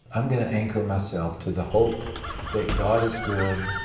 um going to anchor myself to the hope that god is good,